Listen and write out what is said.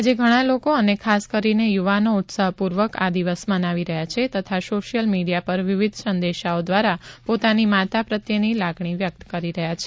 આજે ઘણા લોકો અને ખાસ કરીને યુવાનો ઉત્સાહ પૂર્વક આ દિવસ મનાવી રહ્યા છે તથા સોશિયલ મીડિયા પર વિવિધ સંદેશાઓ દ્વારા પોતાની માતા પ્રત્યેની લાગણી વ્યક્ત કરી રહ્યા છે